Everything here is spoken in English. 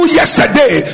yesterday